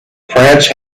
prince